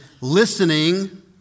listening